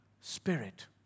Spirit